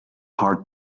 heart